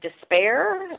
Despair